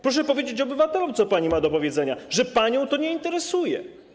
Proszę powiedzieć obywatelom, co pani ma do powiedzenia - że pani to nie interesuje.